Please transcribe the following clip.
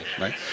right